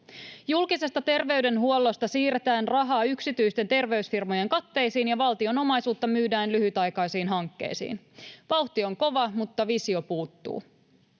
Julkisesta terveydenhuollosta siirretään rahaa yksityisten terveysfirmojen katteisiin ja valtion omaisuutta myydään lyhytaikaisiin hankkeisiin. Vauhti on kova, mutta visio puuttuu.